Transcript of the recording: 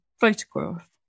photograph